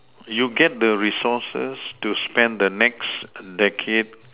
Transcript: you get the resources to spend the next decade